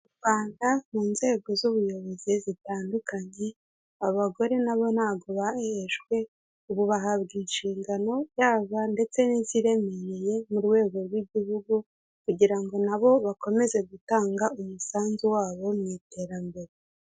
Mu Rwanda mu nzego z'ubuyobozi zitandukanye abagore nabo ntago bahejwewe ubu bahabwa inshingano yabo ndetse n'iziremereye mu rwego rw'igihugu kugira ngo nabo bakomeze gutanga umusanzu wabo mu iterambere.